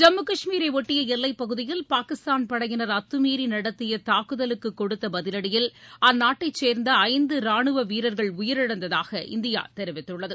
ஜம்ம கஷ்மீரை ஒட்டிய எல்லைப்பகுதியில் பாகிஸ்தான் படையினர் அத்தமீறி நடத்திய தாக்குதலுக்கு கொடுத்த பதிவடியில் அந்நாட்டைச் சேர்ந்த ஐந்து ராணுவ வீரர்கள் உயிரிழந்ததாக இந்தியா தெரிவித்துள்ளது